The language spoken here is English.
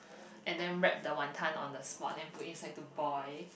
and then wrap the wanton on the spot and then put inside to boil